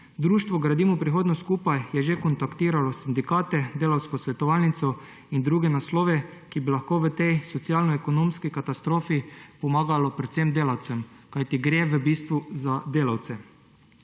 Društvo Gradimo prihodnost skupaj je že kontaktiralo sindikate, Delavsko svetovalnico in druge naslove, ki bi lahko v tej socialno-ekonomski katastrofi pomagali predvsem delavcem, kajti v bistvu gre za delavce.